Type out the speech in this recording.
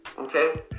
Okay